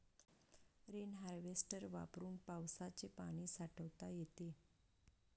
rain harvester वापरून पावसाचे पाणी साठवता येते